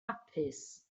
hapus